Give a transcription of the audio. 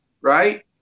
right